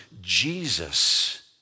Jesus